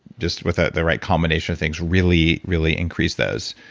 just with ah the right culmination of things, really, really increase those.